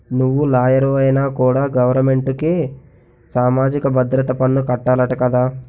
నువ్వు లాయరువైనా కూడా గవరమెంటుకి సామాజిక భద్రత పన్ను కట్టాలట కదా